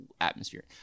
atmosphere